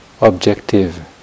objective